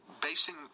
basing